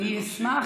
אני אשמח.